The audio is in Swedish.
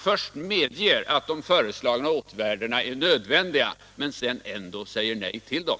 Först medger man att de föreslagna åtgärderna är nödvändiga, och sedan säger man ändå nej till dem.